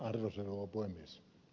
arvoisa rouva puhemies